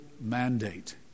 mandate